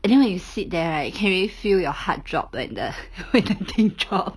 anyway you sit there right can really feel your heart drop when the when the thing drop